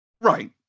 Right